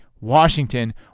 Washington